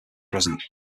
present